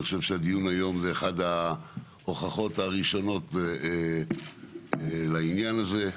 אני חושב שהדיון היום הוא אחד ההוכחות הראשונות לעניין הזה.